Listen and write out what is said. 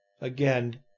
Again